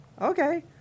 Okay